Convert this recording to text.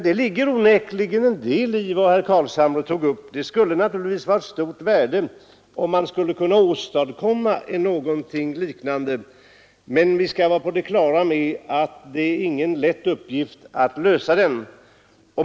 Det ligger onekligen en del i vad herr Carlshamre sade, och det skulle naturligtvis vara av stort värde, om man kunde åstadkomma någonting liknande. Men vi skall vara på det klara med att det inte är någon lätt uppgift att lösa.